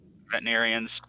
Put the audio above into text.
veterinarians